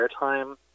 airtime